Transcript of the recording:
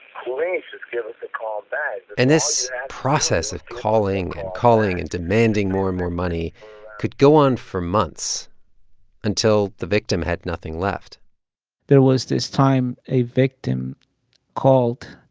please just give us a call back and this process of calling and calling and demanding more and more money could go on for months until the victim had nothing left there was this time a victim called,